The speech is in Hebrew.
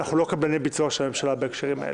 אנחנו לא קבלני ביצוע של הממשלה בהקשרים האלה.